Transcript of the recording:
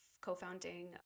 co-founding